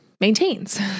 maintains